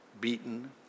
beaten